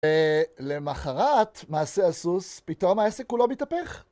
למחרת, מעשה הסוס, פתאום העסק כולו מתהפך.